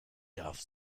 darf